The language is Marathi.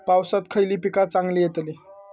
पावसात खयली पीका चांगली येतली?